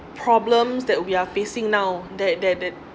problems that we are facing now that that that